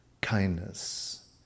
kindness